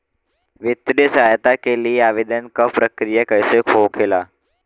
वित्तीय सहायता के लिए आवेदन क प्रक्रिया कैसे होखेला?